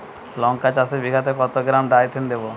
লঙ্কা চাষে বিঘাতে কত গ্রাম ডাইথেন দেবো?